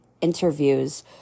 interviews